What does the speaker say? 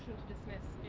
dismiss?